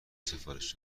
سفارش